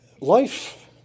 life